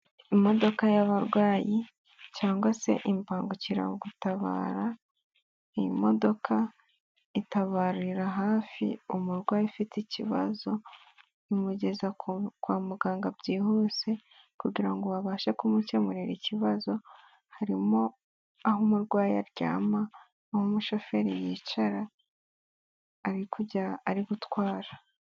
Imodoka yabarwayi cyangwa se imbangukiragutabara. Iyi modoka itabarira hafi umurwayi ufite ikibazo. Imugeza kwa muganga byihuse kugira ngo abashe kumukemurira ikibazo. Harimo aho umurwayi aryama, aho umushoferi yicara arikujya, ari gutwara.